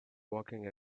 walking